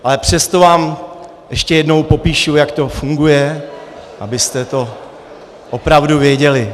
Ale přesto vám ještě jednou popíšu, jak to funguje, abyste to opravdu věděli.